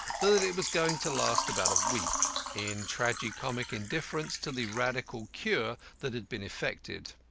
but that it was going to last about a week in tragi-comic indifference to the radical cure that had been effected.